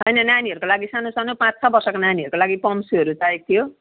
होइन नानीहरूको लागि सानो सानो पाँच छ वर्षको नानीहरूको लागि पम्सुहरू चाहिएको थियो